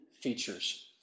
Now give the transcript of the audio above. features